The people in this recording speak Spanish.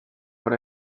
por